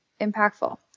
impactful